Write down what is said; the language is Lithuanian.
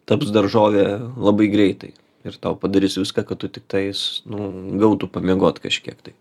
taps daržovė labai greitai ir tau padarys viską kad tu tiktais nu gautų pamiegot kažkiek tai